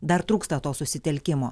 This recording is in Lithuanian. dar trūksta to susitelkimo